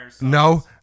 no